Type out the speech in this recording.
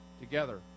together